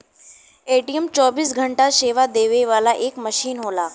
ATM चौबीस घंटा सेवा देवे वाला एक मसीन होला